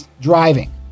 driving